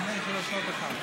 נדמה לי שיש עוד אחד.